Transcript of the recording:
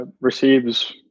receives